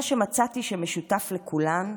מה שמצאתי שמשותף לכולן,